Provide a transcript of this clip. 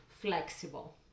flexible